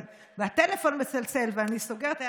והטלפון מצלצל ואני סוגרת,